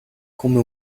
come